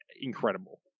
incredible